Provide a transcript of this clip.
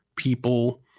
people